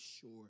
sure